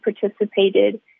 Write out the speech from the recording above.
participated